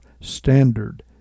standard